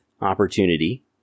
opportunity